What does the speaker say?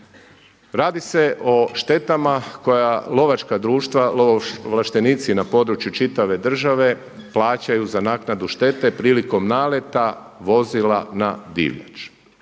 Radi se o štetama koja lovačka društva lovo ovlaštenici na području čitave države plaćaju za naknadu štete prilikom naleta vozila na divljač.